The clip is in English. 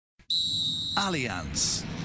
Alliance